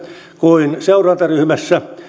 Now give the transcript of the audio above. kuin seurantaryhmässä